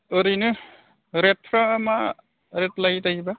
ओरैनो रेटफ्रा मा मा रेट लायो दायोबा